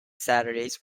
saturdays